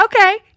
Okay